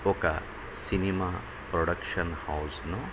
ఒక cinema production హౌస్ను